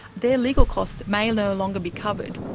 their legal costs may no longer be covered.